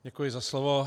Děkuji za slovo.